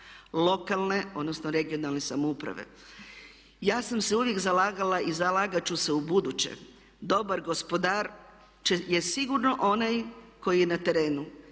lokalne odnosno regionalne samouprave. Ja sam se uvijek zalagala i zalagat ću se ubuduće, dobar gospodar je sigurno onaj koji je na terenu.